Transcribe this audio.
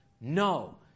No